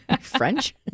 French